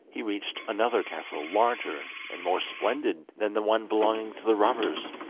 he reached another castle larger and more splendid than the one belonging to the robbers.